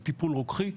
לטיפול רוקחי,